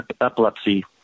epilepsy